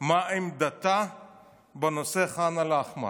את עמדתה בנושא ח'אן אל-אחמר.